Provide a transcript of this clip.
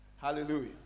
Hallelujah